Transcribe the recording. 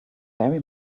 very